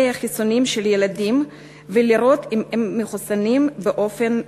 החיסונים של הילדים ולראות אם הם מחוסנים באופן מלא.